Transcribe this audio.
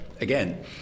again